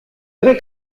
tre